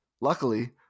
Luckily